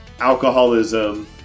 alcoholism